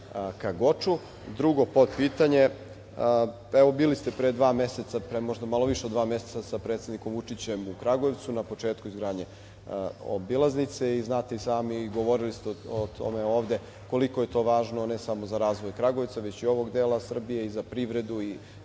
ka Goču? Drugo podpitanje – bili ste možda malo više od dva meseca sa predsednikom Vučićem u Kragujevcu na početku izgradnje obilaznice i znate i sami, govorili ste o tome ovde koliko je to važno, ne samo za razvoj Kragujevca, već i ovog dela Srbije i za privredu i